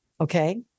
okay